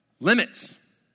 limits